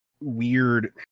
weird